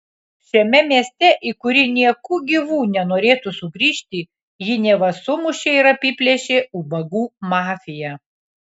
šiame mieste į kurį nieku gyvu nenorėtų sugrįžti jį neva sumušė ir apiplėšė ubagų mafija